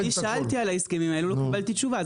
אני שאלתי על ההסכמים האלה ולא קיבלתי תשובה.